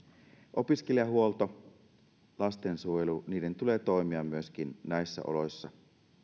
opiskelijahuolto lastensuojelu niiden tulee toimia myöskin näissä oloissa